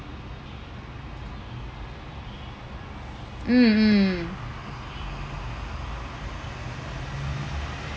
mm mm